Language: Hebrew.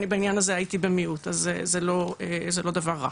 אני בעניין הזה הייתי במיעוט אז זה לא דבר רע